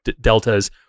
deltas